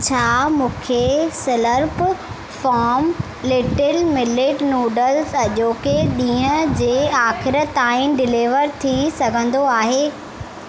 छा मूंखे Slurrp Farm little millet noodles अॼोके ॾींहुं जे आखिर ताईं डिलीवर थी सघंदो आहे